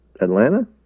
Atlanta